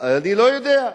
אני לא יודע.